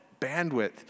bandwidth